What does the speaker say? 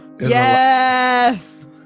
Yes